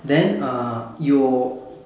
then uh your